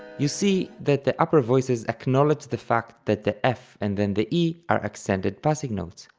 you see that the upper voices acknowledge the fact that the f and then the e are accented passing notes,